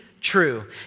true